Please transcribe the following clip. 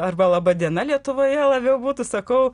arba laba diena lietuvoje labiau būtų sakau